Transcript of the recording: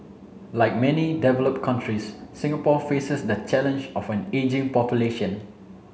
like many developed countries Singapore faces the challenge of an ageing population